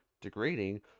degrading